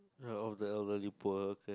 oh the elderly poor okay